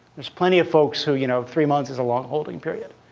there's plenty of folks who you know three months is a long holding period.